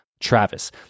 Travis